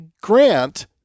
grant